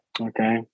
Okay